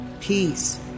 peace